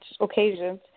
occasions